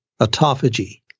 autophagy